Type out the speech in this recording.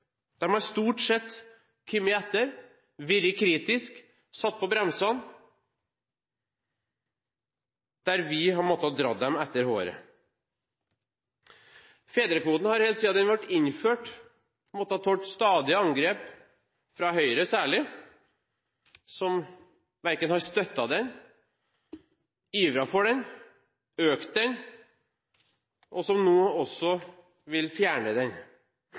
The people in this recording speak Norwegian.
har stort sett kommet etter, vært kritiske og satt på bremsene der vi har måttet dra dem etter håret. Fedrekvoten har, helt siden den ble innført, måttet tåle stadige angrep, særlig fra Høyre, som verken har støttet den, ivret for den eller økt den, og som nå også vil fjerne den.